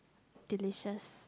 delicious